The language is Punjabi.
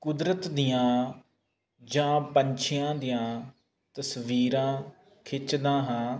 ਕੁਦਰਤ ਦੀਆਂ ਜਾਂ ਪੰਛੀਆਂ ਦੀਆਂ ਤਸਵੀਰਾਂ ਖਿੱਚਦਾ ਹਾਂ